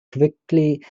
quickly